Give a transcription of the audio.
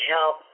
help